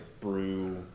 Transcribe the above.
brew